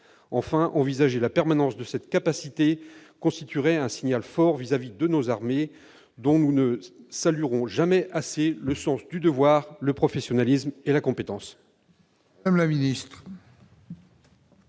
Enfin, envisager la permanence de cette capacité constituerait un signal fort vis-à-vis de nos armées, dont nous ne saluerons jamais assez le sens du devoir, le professionnalisme et la compétence.